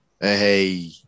hey